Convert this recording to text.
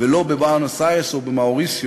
סבא שלו היגר ממזרח-אירופה לארגנטינה בסוף המאה ה-19,